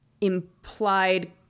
implied